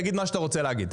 תגיד מה שאתה רוצה להגיד.